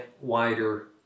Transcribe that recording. wider